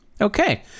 Okay